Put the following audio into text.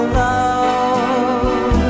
love